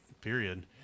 Period